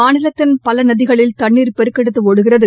மாநிலத்தின் பல நதிகளில் தண்ணீர் பெருக்கெடுத்து ஒடுகிறது